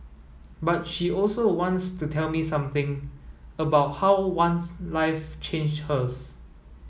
but she also wants to tell me something about how ones life changed hers